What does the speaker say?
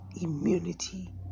immunity